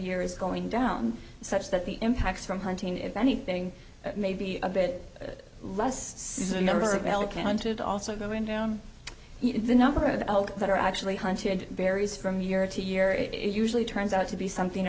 year is going down such that the impacts from hunting if anything maybe a bit less says a number of male counted also going down in the number of that are actually hunted varies from year to year it usually turns out to be something